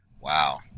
wow